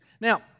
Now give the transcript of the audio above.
Now